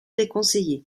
déconseillée